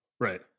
right